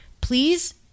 please